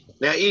now